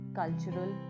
cultural